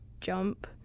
jump